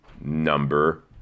Number